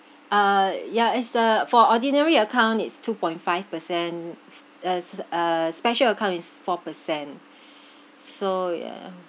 uh yeah is the for ordinary account it's two point five percent s~ uh s~ uh special account it's four per cent so ya